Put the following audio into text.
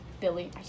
Billy